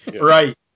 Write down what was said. Right